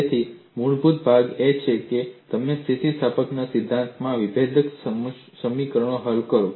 તેથી મૂળભૂત ભાગ એ છે કે તમે સ્થિતિસ્થાપકતાના સિદ્ધાંતમાં વિભેદક સમીકરણો હલ કરો